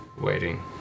waiting